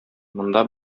монда